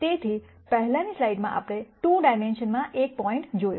તેથી પહેલાની સ્લાઇડમાં આપણે 2 ડાઈમેન્શનમાં એક બિંદુ જોયો